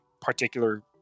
particular